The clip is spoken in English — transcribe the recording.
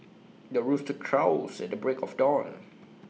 the rooster crows at the break of dawn